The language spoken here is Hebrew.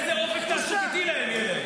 בושה, איזה אופק תעסוקתי יהיה להם?